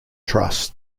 truss